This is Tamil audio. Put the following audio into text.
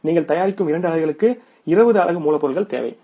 நீங்கள் தயாரிக்கும் 2 அலகுகளுக்கு 20 அலகு மூலப்பொருள் தேவை